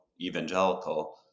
evangelical